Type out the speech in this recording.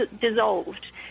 dissolved